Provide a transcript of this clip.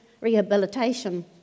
rehabilitation